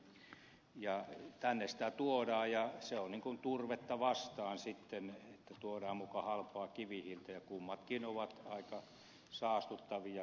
tänne sitä tuodaan ja se on niin kuin turvetta vastaan sitten että tuodaan muka halpaa kivihiiltä ja kummatkin ovat aika saastuttavia